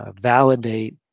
validate